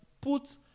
put